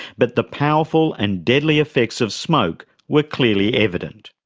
but the powerful and deadly effects of smoke were clearly evident.